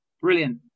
brilliant